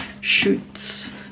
shoots